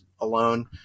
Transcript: alone